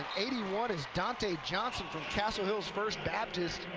eighty one is donte johnson from castle hills first baptist,